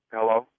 Hello